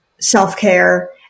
self-care